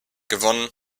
gewonnen